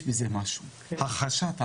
הכחשת העבר,